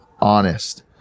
honest